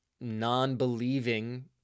non-believing